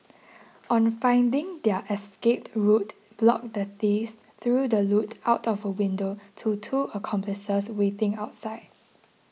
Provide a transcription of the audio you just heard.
on finding their escape route blocked the thieves threw the loot out of a window to two accomplices waiting outside